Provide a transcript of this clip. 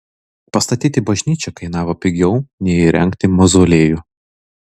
pastatyti bažnyčią kainavo pigiau nei įrengti mauzoliejų